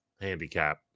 handicap